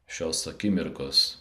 šios akimirkos